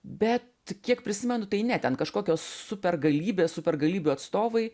bet kiek prisimenu tai ne ten kažkokios supergalybės supergalybių atstovai